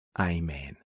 Amen